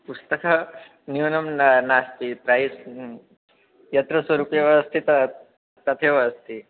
पुस्तकं न्यूनं न नास्ति प्रैस् यत्र स्वरूपमेव अस्ति तत् तथैव अस्ति